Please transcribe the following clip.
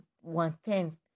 one-tenth